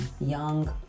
young